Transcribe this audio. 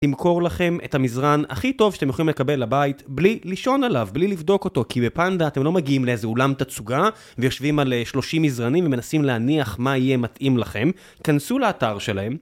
תמכור לכם את המזרן הכי טוב שאתם יכולים לקבל לבית בלי לישון עליו, בלי לבדוק אותו כי בפנדה אתם לא מגיעים לאיזה אולם תצוגה ויושבים על שלושים מזרנים ומנסים להניח מה יהיה מתאים לכם כנסו לאתר שלהם